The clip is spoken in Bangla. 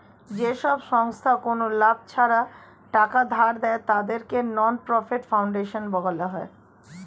যেসব সংস্থা কোনো লাভ ছাড়া টাকা ধার দেয়, তাদেরকে নন প্রফিট ফাউন্ডেশন বলা হয়